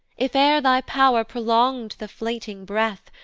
if ere thy pow'r prolong'd the fleeting breath,